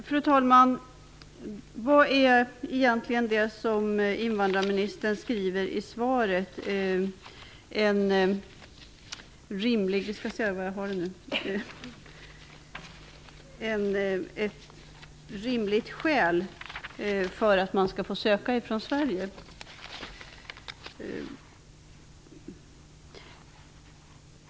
Fru talman! Vad är enligt invandrarministern ett rimligt skäl för att en person skall få göra sin ansökan från Sverige?